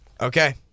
Okay